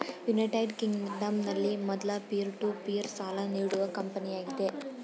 United ಕಿಂಗ್ಡಂನಲ್ಲಿ ಮೊದ್ಲ peer to peer ಸಾಲ ನೀಡುವ ಕಂಪನಿಯಾಗಿದೆ